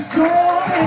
joy